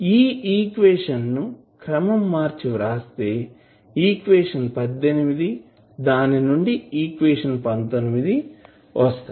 ఈ ఈక్వేషన్ క్రమం మర్చి వ్రాస్తే ఈక్వేషన్ దానినుండి ఈక్వేషన్ వస్తాయి